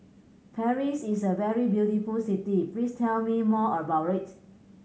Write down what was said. Paris is a very beautiful city please tell me more about it